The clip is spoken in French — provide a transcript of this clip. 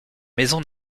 maison